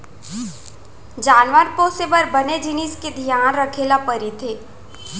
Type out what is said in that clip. जानवर पोसे बर बने जिनिस के धियान रखे ल परथे